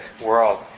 world